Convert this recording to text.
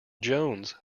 jones